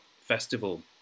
Festival